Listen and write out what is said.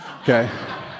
okay